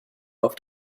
auf